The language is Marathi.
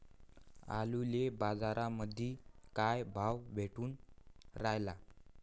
आलूले बाजारामंदी काय भाव भेटून रायला?